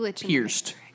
pierced